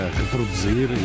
reproduzir